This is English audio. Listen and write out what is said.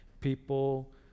people